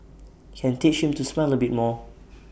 can teach him to smile A bit more